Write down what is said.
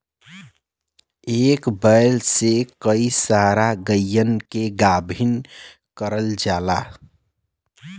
एक बैल से कई सारा गइया के गाभिन करल जाला